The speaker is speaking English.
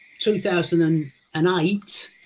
2008